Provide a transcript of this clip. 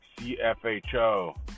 cfho